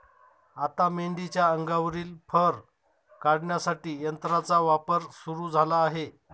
आता मेंढीच्या अंगावरील फर काढण्यासाठी यंत्राचा वापर सुरू झाला आहे